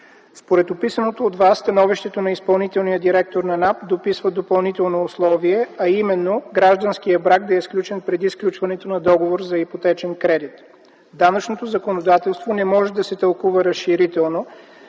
Според описаното от Вас становището на изпълнителния директор на НАП дописва допълнително условие, а именно гражданският брак да е сключен преди сключването на договора за ипотечен кредит. Данъчното законодателство не може да се тълкува разширително,